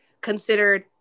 considered